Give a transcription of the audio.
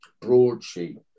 broadsheet